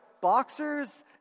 boxers